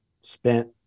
spent